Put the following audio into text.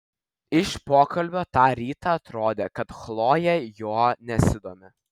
iš pokalbio tą rytą atrodė kad chlojė juo nesidomi